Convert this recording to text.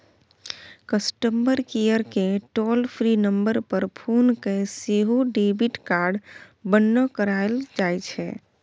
customer केयरकेँ toll free number पर phone कए सेहो डेबिट कार्ड बन्न कराएल जाइ छै